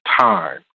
time